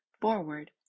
forward